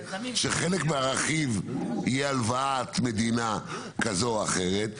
שחלק מהרכיב יהיה הלוואת מדינה כזו או אחרת,